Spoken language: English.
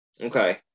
Okay